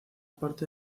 parte